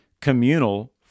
communal